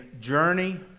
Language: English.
journey